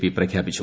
P പ്രിഖ്യാപിച്ചു